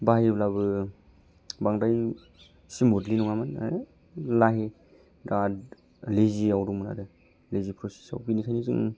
बाहायोब्लाबो बांद्राय स्मुथलि नङामोन आरो लाहे बेराद लेजियाव दंमोन आरो लेजि प्रसेसआव बेनिखायनो जों